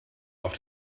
auf